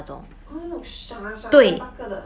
orh 那种沙沙大大个的